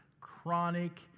chronic